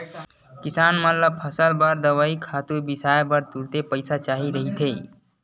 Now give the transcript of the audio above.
किसान मन ल फसल बर दवई, खातू बिसाए बर तुरते पइसा चाही रहिथे